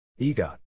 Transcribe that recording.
EGOT